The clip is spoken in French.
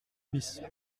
bis